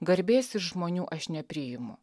garbės ir žmonių aš nepriimu